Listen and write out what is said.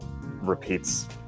repeats